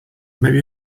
maybe